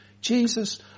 Jesus